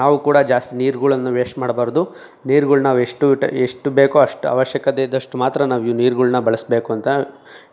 ನಾವು ಕೂಡ ಜಾಸ್ತಿ ನೀರುಗಳನ್ನು ವೇಸ್ಟ್ ಮಾಡ್ಬಾರ್ದು ನೀರುಗಳು ನಾವು ಎಷ್ಟು ಟ್ ಎಷ್ಟು ಬೇಕೋ ಅಷ್ಟು ಅವಶ್ಯಕತೆ ಇದ್ದಷ್ಟು ಮಾತ್ರ ನಾವು ನೀರುಗಳನ್ನ ಬಳಸಬೇಕು ಅಂತ